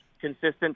consistent